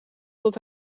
dat